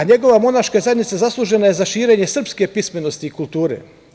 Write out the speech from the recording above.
Njegova monaška zajednica zaslužena je za širenje srpske pismenosti i kulture.